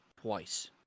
twice